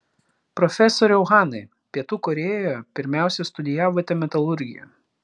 profesoriau hanai pietų korėjoje pirmiausia studijavote metalurgiją